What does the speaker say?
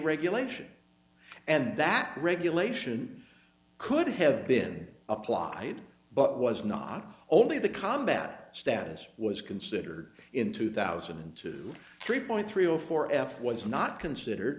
regulation and that regulation could have been applied but was not only the combat status was considered in two thousand and two three point three zero four f was not considered